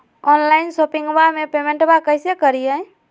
Online शोपिंगबा में पेमेंटबा कैसे करिए?